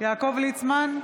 יעקב ליצמן,